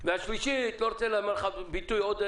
ואנשי הפרחים אומרים: כבר קטפו אותם.